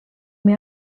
ume